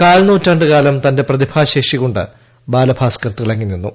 കാൽനൂറ്റാണ്ടുകാലം തന്റെ പ്രതിഭാശേഷി കൊണ്ട് ബാലഭാസ്കർ തിളങ്ങി നിന്നു